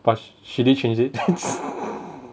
but sh~ she did change it